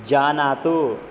जानातु